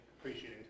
appreciating